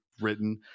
written